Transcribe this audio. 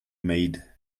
maid